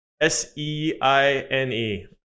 S-E-I-N-E